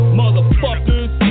motherfuckers